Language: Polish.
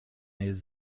jest